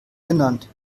genannt